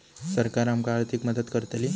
सरकार आमका आर्थिक मदत करतली?